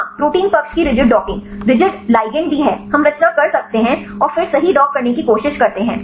हाँ प्रोटीन पक्ष की रिजिड डॉकिंग रिजिड ligand भी है हम रचना कर सकते हैं और फिर सही डॉक करने की कोशिश करते हैं